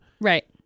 Right